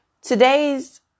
Today's